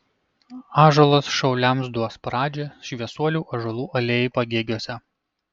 ąžuolas šauliams duos pradžią šviesuolių ąžuolų alėjai pagėgiuose